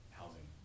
housing